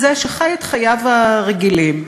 זה שחי את חייו הרגילים.